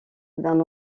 d’un